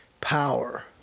power